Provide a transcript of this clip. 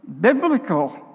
biblical